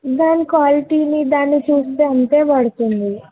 దాని క్వాలిటీని దాన్ని చూస్తే అంతే పడుతుంది